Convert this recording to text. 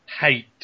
hate